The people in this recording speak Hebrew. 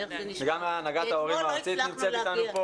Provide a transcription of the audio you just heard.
גם הנהגת ההורים ארצית נמצאת אתנו.